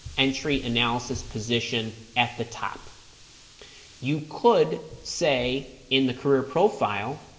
entry analysis position at the top you could say in the career profile